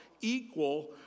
equal